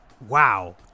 wow